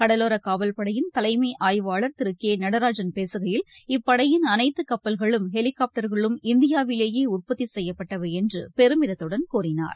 கடலோரக் காவல்படையின் தலைமை ஆய்வாளர் திரு கே நடராஜன் பேசுகையில் இப்படையின் அனைத்து கப்பல்களும் ஹெலினாப்டர்களும் இந்தியாவிலேயே உற்பத்தி செய்யப்பட்டவை என்று பெருமிதத்துடன் கூறினார்